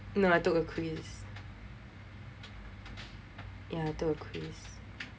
no I took a quiz yeah I took a quiz